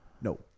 no